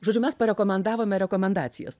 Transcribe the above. žodžiu mes parekomendavome rekomendacijas